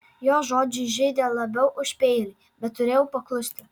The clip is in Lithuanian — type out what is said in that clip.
jo žodžiai žeidė labiau už peilį bet turėjau paklusti